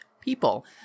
people